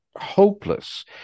hopeless